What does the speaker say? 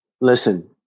Listen